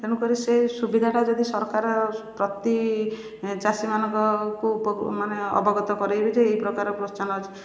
ତେଣୁକରି ସେ ସୁବିଧାଟା ଯଦି ସରକାର ପ୍ରତି ଚାଷୀ ମାନଙ୍କକୁ ଉପ ମାନେ ଅବଗତ କରେଇବେ ଯେ ଏହି ପ୍ରକାର ପ୍ରୋତ୍ସାହନ ଅଛି